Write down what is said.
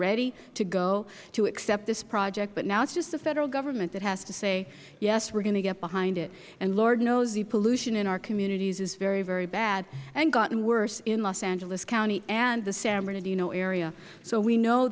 ready to go to accept this project but now it is just the federal government that has to say yes we are going to get behind it lord knows the pollution in our communities is very very bad and gotten worse in los angeles county and the san bernardino area so we know